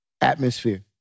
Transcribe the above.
atmosphere